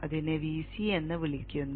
അതിനെ Vc എന്ന് വിളിക്കുന്നു